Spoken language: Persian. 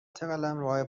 قلمروهای